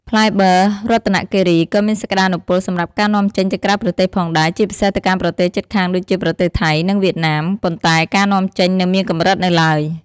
ផ្លែបឺររតនគិរីក៏មានសក្ដានុពលសម្រាប់ការនាំចេញទៅក្រៅប្រទេសផងដែរ ជាពិសេសទៅកាន់ប្រទេសជិតខាងដូចជាប្រទេសថៃ និងវៀតណាម ប៉ុន្តែការនាំចេញនៅមានកម្រិតនៅឡើយ។